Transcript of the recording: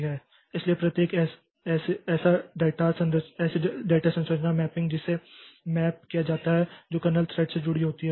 इसलिए प्रत्येक ऐसी डेटा संरचना मैपिंग जिससे मैप किया जाता है जो कर्नेल थ्रेड से जुड़ी होती है